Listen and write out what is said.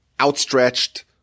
outstretched